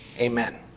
amen